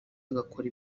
agakora